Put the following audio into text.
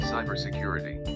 Cybersecurity